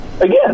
again